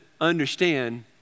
understand